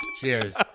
Cheers